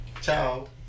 Ciao